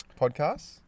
podcasts